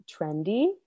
trendy